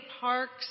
parks